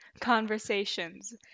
conversations